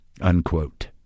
Unquote